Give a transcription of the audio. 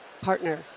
partner